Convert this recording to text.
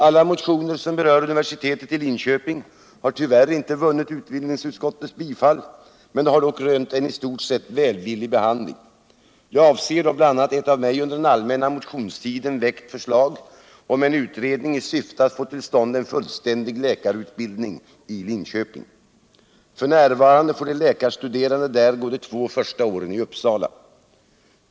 Alla motioner som berör universitetet i Linköping har tyvärr inte vunnit utbildningsutskottets bifall, men de har dock rönt en i stort sett välvillig behandling, Jag avser då bl.a. ett av mig under allmänna motionstiden väckt förslag om en utredning i syfte att få till stånd en fullständig läkarutbildning i Linköping. F. n. får de läkarstuderande där gå de två första åren i Uppsala.